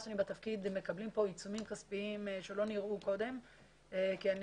מקבלים כאן עיצומים כספיים שלא נראו קודם כי אני